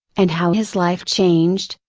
and how his life changed,